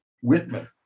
Whitman